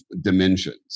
dimensions